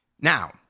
Now